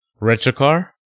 RetroCar